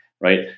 right